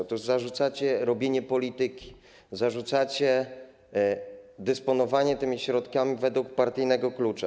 Otóż zarzucacie robienie polityki, zarzucacie dysponowanie tymi środkami według partyjnego klucza.